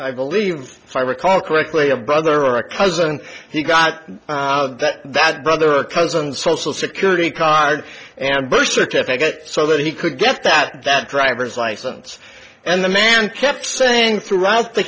got i believe if i recall correctly a brother or a cousin and he got that brother a cousin social security card and bush certificate so that he could get that that driver's license and the man kept saying throughout the